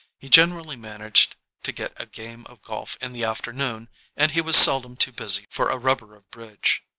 he generally managed to get a game of golf in the afternoon and he was seldom too busy for a rubber of bridge.